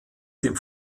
dem